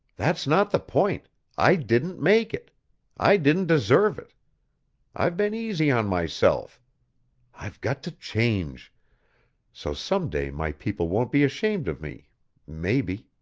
that's not the point i didn't make it i didn't deserve it i've been easy on myself i've got to change so some day my people won't be ashamed of me maybe.